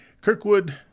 Kirkwood